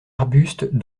arbustes